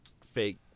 fake